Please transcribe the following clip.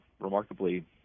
remarkably